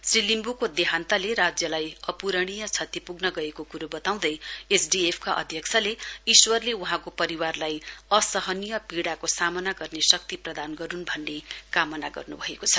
श्री लिम्बुको देहान्तले राज्यलाई अपूरणीय क्षति पृग्न गएको कुरो बताउँदै एसडीएफका अध्यक्षले ईश्वरले वहाँको परिवारलाई असहनीय पीडाका सामना गर्ने शक्ति प्रदान गरून् भन्ने कामना गर्न् भएको छ